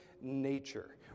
nature